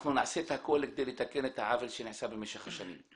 אנחנו נעשה את הכול כדי לתקן את העוול שנעשה במשך השנים.